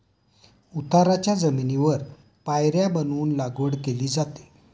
उताराच्या जमिनीवर पायऱ्या बनवून लागवड केली जाते